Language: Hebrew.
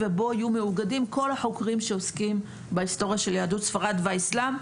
ובו יהיו מאוגדים כל החוקרים שעוסקים בהיסטוריה של יהדות ספרד והאסלאם.